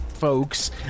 Folks